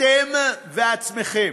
אתם ועצמכם.